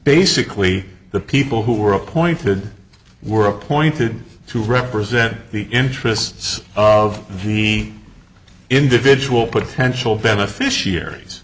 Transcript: basically the people who were appointed were appointed to represent the interests of he individual potential beneficiaries